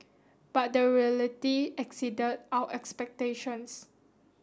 but the reality exceeded our expectations